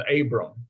Abram